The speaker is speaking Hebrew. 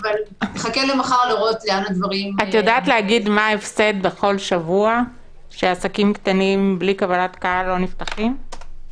לומר מה ההפסד בכל שבוע שעסקים קטנים בלי קבלת קהל לא נפתחים?